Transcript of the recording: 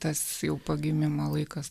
tas jau pagimimo laikas